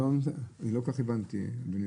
לא כל כך הבנתי.